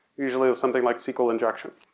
usually with something like sql injection.